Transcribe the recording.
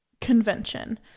convention